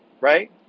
Right